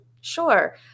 sure